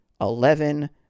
Eleven